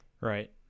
Right